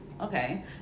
Okay